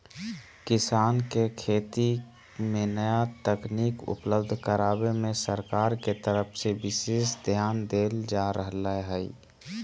किसान के खेती मे नया तकनीक उपलब्ध करावे मे सरकार के तरफ से विशेष ध्यान देल जा रहल हई